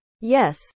Yes